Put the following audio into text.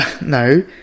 no